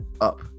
up